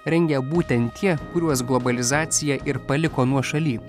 rengia būtent tie kuriuos globalizacija ir paliko nuošalyj